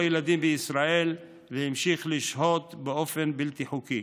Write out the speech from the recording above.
ילדים בישראל והמשיך לשהות בה באופן בלתי חוקי.